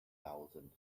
thousand